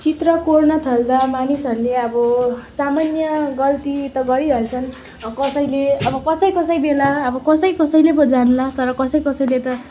चित्र कोर्न थाल्दा मानिसहरूले अब सामान्य गल्ती त गरिहाल्छन् कसैले अब कसै कसै बेला अब कसै कसैले पो जान्ला तर कसै कसैले त